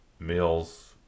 meals